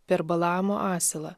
per balamo asilą